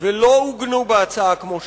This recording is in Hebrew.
ולא עוגנו בהצעה כמו שצריך.